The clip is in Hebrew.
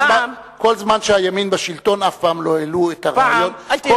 כל זמן שהימין בשלטון אף פעם לא העלו את רעיון הטרנספר.